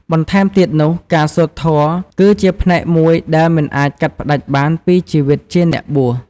បន្ថែមទៀតនោះ ការសូត្រធម៌គឺជាផ្នែកមួយដែលមិនអាចកាត់ផ្ដាច់បានពីជីវិតជាអ្នកបួស។